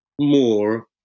more